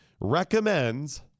recommends